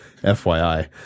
FYI